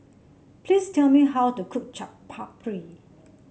please tell me how to cook Chaat Papri